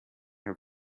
her